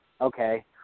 okay